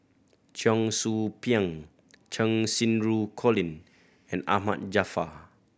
Cheong Soo Pieng Cheng Xinru Colin and Ahmad Jaafar